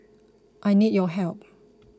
I need your help